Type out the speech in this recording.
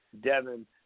Devin